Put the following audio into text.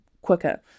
quicker